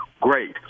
great